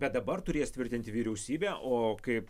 bet dabar turės tvirtinti vyriausybę o kaip